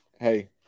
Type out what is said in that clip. Hey